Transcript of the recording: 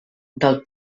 del